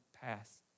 pass